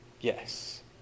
Yes